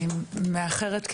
אני מאחרת,